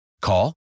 Call